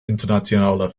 internationale